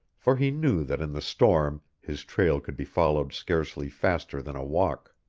for he knew that in the storm his trail could be followed scarcely faster than a walk.